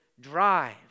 drive